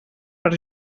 per